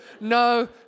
no